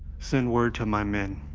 send word to my men,